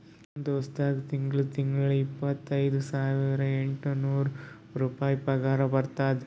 ನಮ್ ದೋಸ್ತ್ಗಾ ತಿಂಗಳಾ ತಿಂಗಳಾ ಇಪ್ಪತೈದ ಸಾವಿರದ ಎಂಟ ನೂರ್ ರುಪಾಯಿ ಪಗಾರ ಬರ್ತುದ್